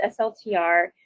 SLTR